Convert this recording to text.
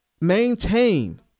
maintain